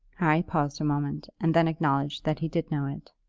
harry paused a moment, and then acknowledged that he did know it.